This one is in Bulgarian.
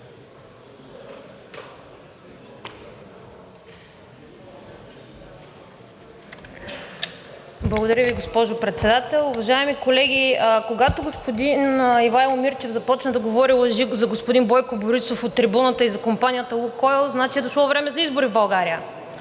Благодаря Ви, госпожо Председател. Уважаеми колеги, когато господин Ивайло Мирчев започна да говори лъжи за господин Бойко Борисов от трибуната и за компанията „Лукойл“, значи е дошло време за избори в България.